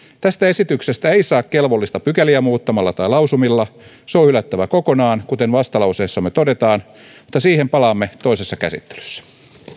tästä esityksestä ei saa kelvollista pykäliä muuttamalla tai lausumilla se on hylättävä kokonaan kuten vastalauseessamme todetaan mutta siihen palaamme toisessa käsittelyssä